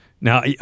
Now